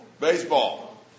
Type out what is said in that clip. Baseball